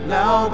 Now